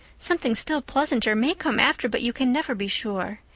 something still pleasanter may come after, but you can never be sure.